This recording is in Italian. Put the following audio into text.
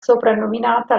soprannominata